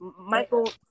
Michael